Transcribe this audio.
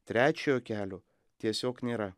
trečiojo kelio tiesiog nėra